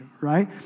right